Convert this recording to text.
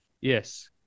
Yes